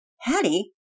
Hattie